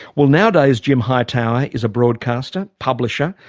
well nowadays jim hightower is a broadcaster, publisher,